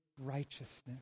righteousness